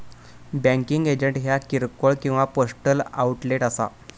banking agent ह्या किरकोळ किंवा पोस्टल आउटलेट असा